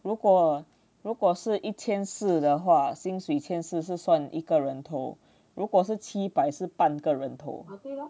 如果如果是一千四的话薪水千四是算一个人头如果是七百是半个人头